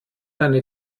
eine